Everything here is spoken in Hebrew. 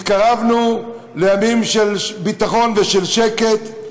התקרבנו לימים של ביטחון ושל שקט?